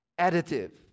additive